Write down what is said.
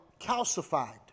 calcified